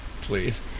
Please